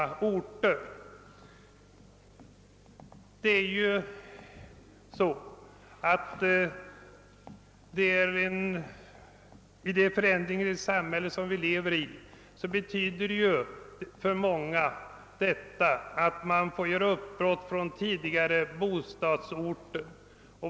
Det förändringens samhälle, som vi nu lever i, innebär för många att de får göra uppbrott från tidigare bostadsorter.